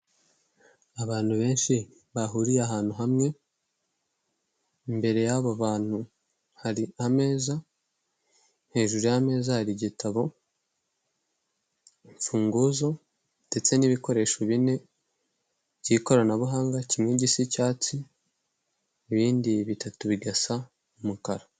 Abantu benshi bahuriye ahantu hamwe, imbere yabo bantu hari ameza, hejuru y'ameza hari igitabo, imfunguzo ndetse n'ibikoresho bine by'ikoranabuhanga, kimwe gisa icyatsi ibindi bitatu bigasa umukara.